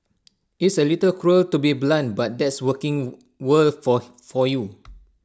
it's A little cruel to be blunt but that's working world for for you